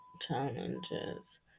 challenges